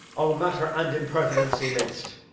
o, matter and impertinency mix'd!